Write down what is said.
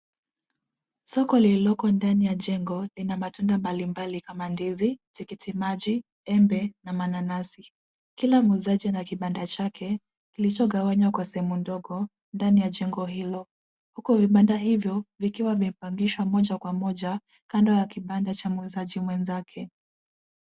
Soko lilioko ndani ya jengo lina matunda mbalimbali kama ndizi, tikitimaji, embe na mananasi. Kila muuzaji ana kibanda chake kilichogawanywa kwa sehemu ndogo ndani ya jengo hilo, huku vibanda hivyo vikiwa vimepangishwa moja kwa moja kando ya kibanda cha muuzaji mwenzake.